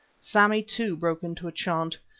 sammy, too, broke into a chant,